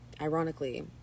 ironically